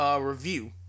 review